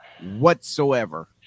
whatsoever